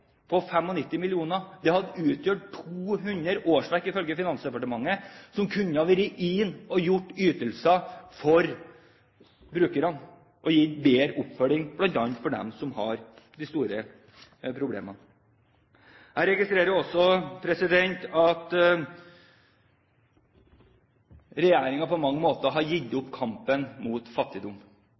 på 95 mill. kr. Det hadde utgjort 200 årsverk, ifølge Finansdepartementet, som kunne betydd ytelser for brukerne og gitt dem bedre oppfølging, bl.a. dem som har de store problemene. Jeg registrerer også at regjeringen på mange måter har gitt opp kampen mot fattigdom.